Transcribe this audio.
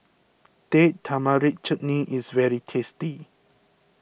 Date Tamarind Chutney is very tasty